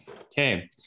okay